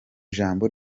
ijambo